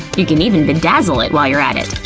you can even bedazzle it while you're at it,